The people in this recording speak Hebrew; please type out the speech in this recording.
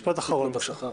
משפט אחרון, בבקשה.